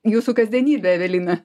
jūsų kasdienybė evelina